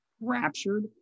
raptured